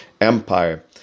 Empire